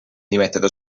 nimetada